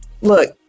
look